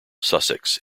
sussex